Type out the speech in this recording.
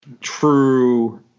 true